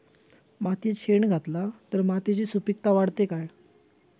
मातयेत शेण घातला तर मातयेची सुपीकता वाढते काय?